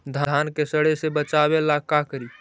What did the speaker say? धान के सड़े से बचाबे ला का करि?